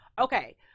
okay